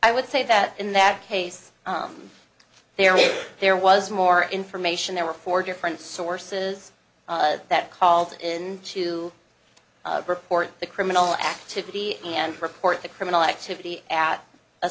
i would say that in that case there was there was more information there were four different sources that called in to report the criminal activity and report the criminal activity at a